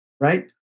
right